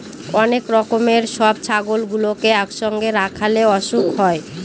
অনেক রকমের সব ছাগলগুলোকে একসঙ্গে রাখলে অসুখ হয়